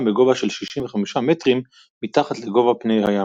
בגובה של 65 מטרים מתחת לגובה פני הים.